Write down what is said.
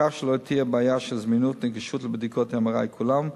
כך שלא תהיה בעיה של זמינות ונגישות של בדיקות MRI כולן,